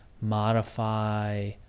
modify